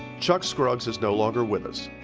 chuck scruggs is no longer with us,